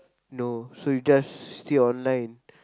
no so you just see online